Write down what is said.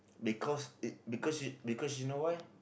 because it because you because you know why